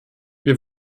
wir